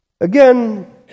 Again